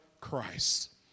Christ